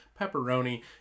Pepperoni